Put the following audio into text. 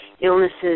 illnesses